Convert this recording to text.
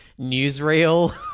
newsreel